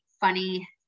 funny